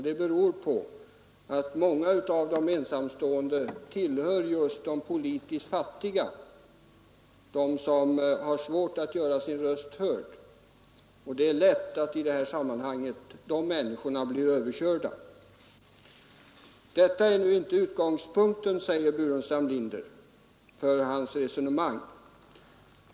Det beror på att många av de ensamstående tillhör de politiskt fattiga, de som har svårt att göra sin röst hörd, och det är lätt att de människorna blir överkörda i det här sammanhanget. Herr Burenstam Linder säger att detta nu inte är utgångspunkten för hans resonemang.